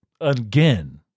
again